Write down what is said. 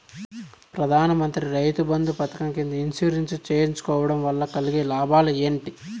ప్రధాన మంత్రి రైతు బంధు పథకం కింద ఇన్సూరెన్సు చేయించుకోవడం కోవడం వల్ల కలిగే లాభాలు ఏంటి?